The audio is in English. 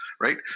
right